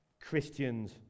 Christians